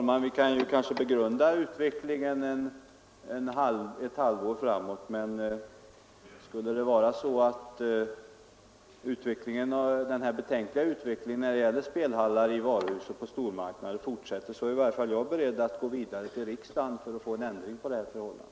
Herr talman! Vi kan måhända begrunda utvecklingen ett halvår framåt. Men skulle den betänkliga utvecklingen när det gäller spelhallar i varuhus och stormarknader fortsätta är i varje fall jag beredd att gå vidare i riksdagen för att få en ändring av förhållandet.